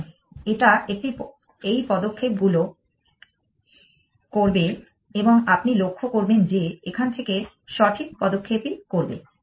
সুতরাং এটা এই পদক্ষেপগুলো করবে এবং আপনি লক্ষ্য করবেন যে এখান থেকে সঠিক পদক্ষেপই করবে